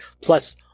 plus